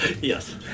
Yes